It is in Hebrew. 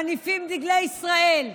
מניפים דגלי ישראל,